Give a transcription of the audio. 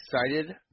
excited